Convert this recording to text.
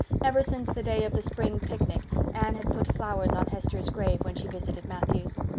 ever since the day of the spring picnic anne had put flowers on hester's grave when she visited matthew's.